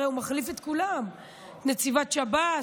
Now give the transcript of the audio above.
הרי הוא מחליף את כולם: את נציבת שב"ס,